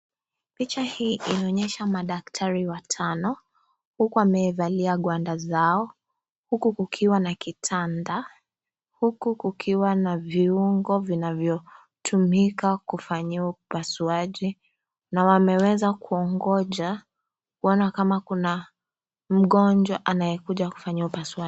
Picha hii inaonyesha madaktari watano huku wamevalia gwanda zao huku kukiwa na kitanda, huku kukiwa na viungo vinavyo tumika kufanyiwa upasuaji, na wameweza kuongoja kuona kama Kuna mgonjwa anayekuja kufanyiwa upasuaji